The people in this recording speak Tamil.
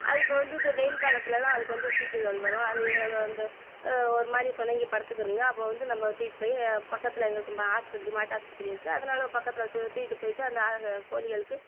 அதுக்கு வந்து இது வெயில் காலத்தில் தான் அதுக்கு வந்து சீக்குகள் வரும் அது அந்த ஒரு மாதிரி சொனங்கி படுத்துக்குடுங்க அப்போ வந்து நம்ம தூக்கிட்டுப்போய் பக்கத்தில் எங்களுக்கு ஹாஸ்பத்திரி மாட்டாஸ்பத்திரி இருக்குது அதனால் பக்கத்தில் தூ தூக்கிட்டுப்போய்ட்டு அந்த கோழிகளுக்கு